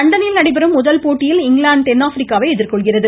லண்டனில் நடைபெறும் முதல் போட்டியில் இங்கிலாந்து தென்னாப்பிரிக்காவை எதிர்கொள்கிறது